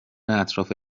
اطراف